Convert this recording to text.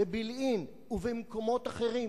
בבילעין ובמקומות אחרים?